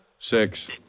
Six